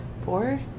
Four